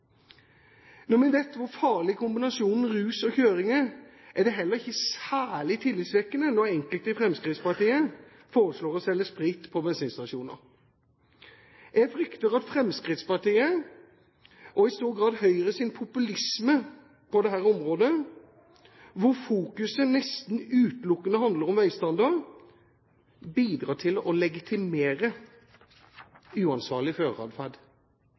Når vi vet hvor farlig kombinasjonen rus og kjøring er, er det heller ikke særlig tillitsvekkende når enkelte i Fremskrittspartiet foreslår å selge sprit på bensinstasjoner. Jeg frykter at Fremskrittspartiets og i stor grad Høyres populisme på dette området, hvor fokus nesten utelukkende handler om veistandard, bidrar til å legitimere uansvarlig